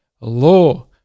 law